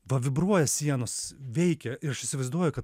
va vibruoja sienos veikia ir aš įsivaizduoju kad